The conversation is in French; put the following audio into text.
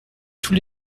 tous